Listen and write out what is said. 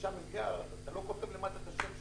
מיליארד ואתה לא כותב למטה את השם שלך,